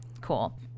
cool